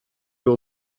will